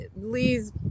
lee's